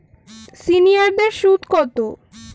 সিনিয়ারদের সুদ কত?